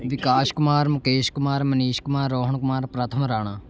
Vikas Kumar Mukesh Kumar Manish Kumar Rohan Kumar Pratham Rana